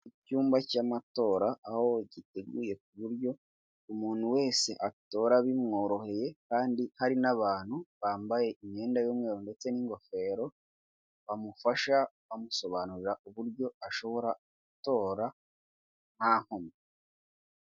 Icyumba cy'amatora aho giteguye ku buryo umuntu wese atora bimworoheye, kandi hari n'abantu bambaye imyenda y'umweru ndetse n'ingofero bamufasha bamusobanurira uburyo ashobora gutora nta nkomyi.